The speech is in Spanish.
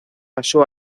pasó